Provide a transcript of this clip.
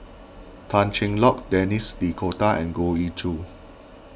Tan Cheng Lock Denis D'Cotta and Goh Ee Choo